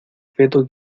feto